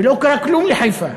ולא קרה כלום לחיפה,